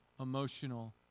emotional